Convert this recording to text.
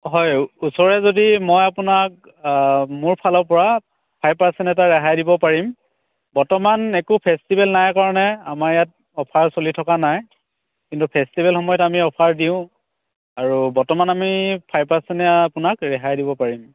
হয় ওচৰৰে যদি মই আপোনাক মোৰ ফালৰ পৰা ফাইভ পাৰ্চেণ্ট এটা ৰেহাই দিব পৰিম বৰ্তমান একো ফেষ্টিভেল নাই কাৰণে আমাৰ ইয়াত অফাৰ চলি থকা নাই কিন্তু ফেষ্টিভেল সময়ত আমি অফাৰ দিওঁ আৰু বৰ্তমান আমি ফাইভ পাৰ্চেণ্টেই আপোনাক ৰেহাই দিব পাৰিম